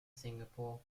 singapore